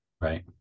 right